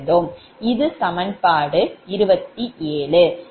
இது சமன்பாடு27